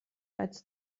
als